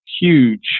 huge